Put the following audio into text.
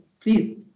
Please